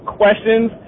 questions